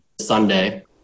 Sunday